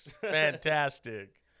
Fantastic